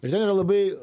ir ten yra labai